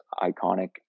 iconic